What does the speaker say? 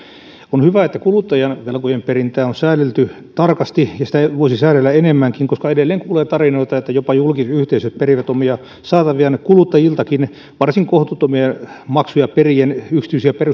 on hyvä että kuluttajan velkojen perintää on säädelty tarkasti sitä voisi säädellä enemmänkin koska edelleen kuulee tarinoita että jopa julkisyhteisöt perivät omia saataviaan kuluttajiltakin varsin kohtuuttomia maksuja perien yksityisiä